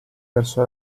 verso